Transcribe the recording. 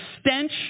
stench